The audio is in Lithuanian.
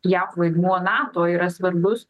jav vaidmuo nato yra svarbus